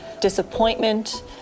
disappointment